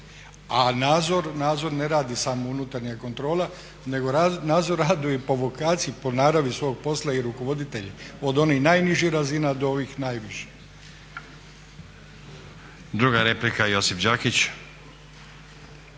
Ali nadzor ne radi samo unutarnja kontrola nego nadzor radi i po vokaciji i po naravi svog posla i rukovoditelji, od onih najnižih razina do ovih najviših. **Stazić, Nenad